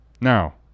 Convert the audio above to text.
Now